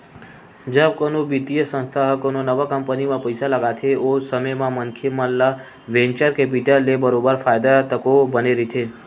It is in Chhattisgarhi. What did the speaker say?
जब कोनो बित्तीय संस्था ह कोनो नवा कंपनी म पइसा ल लगाथे ओ समे म मनखे मन ल वेंचर कैपिटल ले बरोबर फायदा तको बने रहिथे